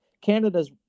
Canada's